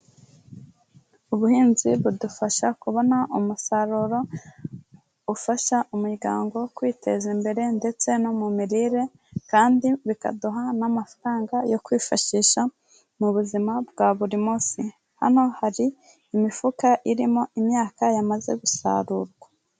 Ubuhinzi budufasha kubona umusaruro ufasha umuryango kwiteza imbere ndetse no mu mirire kandi bikaduha n'amafaranga yo kwifashisha mu buzima bwa buri munsi. Hano hari imifuka irimo imyaka yamaze gusarurwa.